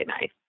nice